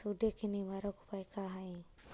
सुंडी के निवारक उपाय का हई?